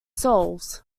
souls